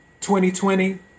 2020